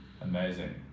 Amazing